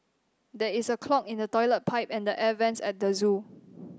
there is a clog in the toilet pipe and the air vents at the zoo